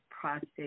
prostate